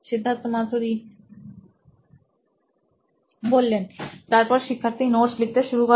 সিদ্ধার্থ মাতু রি C E O নোইন ইলেক্ট্রনিক্স তারপর শিক্ষার্থী নোটস লিখতে শুরু করে